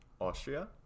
Austria